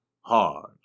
Hard